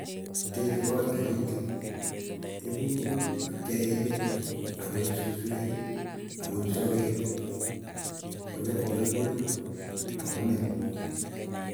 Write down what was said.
Teche kot taritik, ipuu kipcheiniki akoip suswek akoip sagek konyokopulpul, akomeny.